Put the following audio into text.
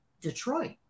Detroit